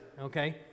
okay